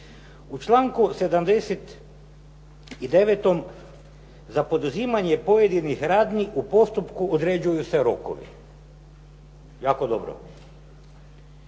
U članku 79. za poduzimanje pojedinih radnji u postupku određuju se rokovi. Jako dobro.